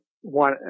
one